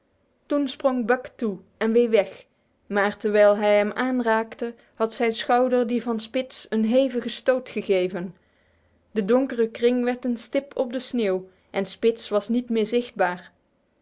toen sprong buck toe en weer weg maar terwijl hij hem aanraakte had zijn schouder die van spitz een hevige stoot gegeven de donkere kring werd een stip op de sneeuw en spitz was niet meer zichtbaar